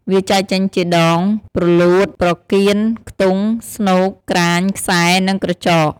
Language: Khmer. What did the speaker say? វាចែកចេញជា ដង ព្រលួត ប្រកៀន ខ្ទង់ ស្នូក ក្រាញ ខ្សែ និងក្រចក។